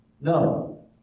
no